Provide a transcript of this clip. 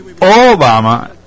Obama